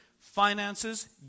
finances